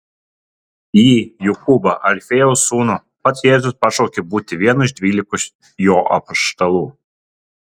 jį jokūbą alfiejaus sūnų pats jėzus pašaukė būti vienu iš dvylikos jo apaštalų